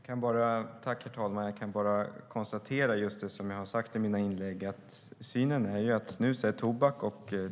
Herr talman! Jag kan bara konstatera det som jag har sagt i mina inlägg. Synen är att snus är tobak.